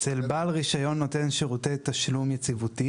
אצל בעל רישיון נותן שירותי תשלום יציבותי,